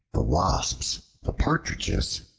the wasps, the partridges,